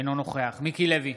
אינו נוכח מיקי לוי,